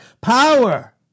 power